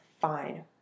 fine